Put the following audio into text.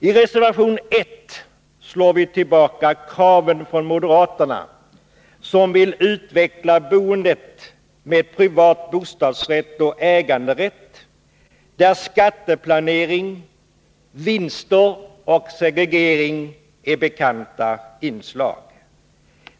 I reservation 1 slår vi tillbaka kraven från moderaterna, som vill utveckla boendet med privat bostadsrätt och äganderätt, där skatteplanering, vinster och segregering är bekanta inslag.